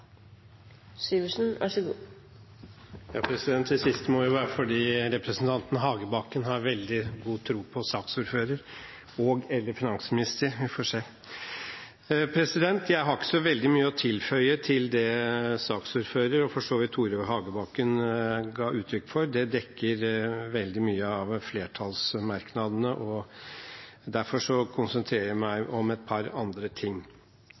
Hagebakken har veldig god tro på saksordføreren og/eller finansministeren. Vi får se. Jeg har ikke så veldig mye å tilføye til det som saksordfører, og for så vidt Tore Hagebakken, ga uttrykk for. Det dekker mye av flertallsmerknadene. Derfor konsentrerer jeg meg om et par andre ting.